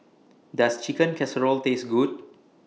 Does Chicken Casserole Taste Good